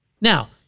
Now